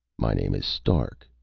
my name is stark.